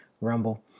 Rumble